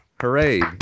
Hooray